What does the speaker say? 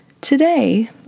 Today